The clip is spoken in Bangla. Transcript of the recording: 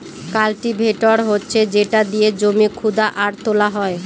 কাল্টিভেটর হচ্ছে যেটা দিয়ে জমি খুদা আর তোলা হয়